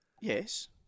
Yes